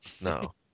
No